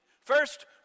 first